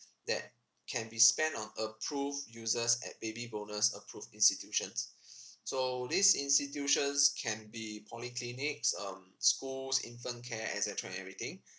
that can be spent on approved uses at baby bonus approved institutions so these institutions can be polyclinics um schools infant care et cetera and everything